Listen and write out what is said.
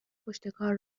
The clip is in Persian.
پشتکار